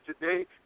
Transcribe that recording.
today